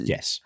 Yes